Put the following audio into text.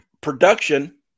production